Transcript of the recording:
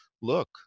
look